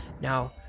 Now